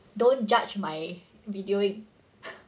don't judge my videoing